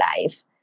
life